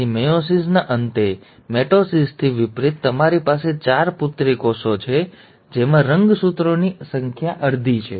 તેથી મેયોસિસના અંતે મિટોસિસથી વિપરીત તમારી પાસે ચાર પુત્રી કોષો છે જેમાં રંગસૂત્રોની અડધી સંખ્યા છે